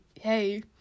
hey